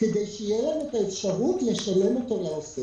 כדי שיהיה להם את האפשרות לשלם אותו לעוסק.